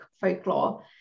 folklore